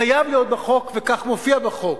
חייב להיות בחוק, וכך מופיע בחוק,